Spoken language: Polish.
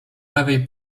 lewej